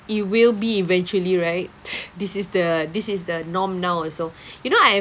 it will be eventually right this is the this is the norm now also you know I